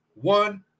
one